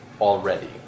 already